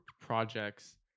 projects